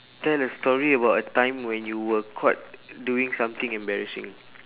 tell a story about a time when you were caught doing something embarrassing